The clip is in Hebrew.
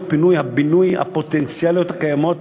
הפינוי-בינוי הפוטנציאליות הקיימות,